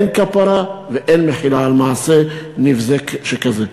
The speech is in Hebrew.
אין כפרה ואין מחילה על מעשה נבזה שכזה.